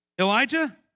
Elijah